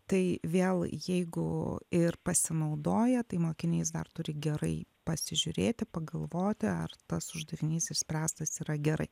tai vėl jeigu ir pasinaudoja tai mokinys dar turi gerai pasižiūrėti pagalvoti ar tas uždavinys išspręstas yra gerai